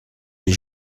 les